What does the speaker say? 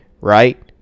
right